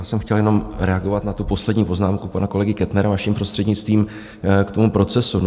Já jsem chtěl jenom reagovat na tu poslední poznámku pana kolegy Kettnera, vaším prostřednictvím, k tomu procesu.